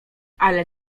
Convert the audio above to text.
ale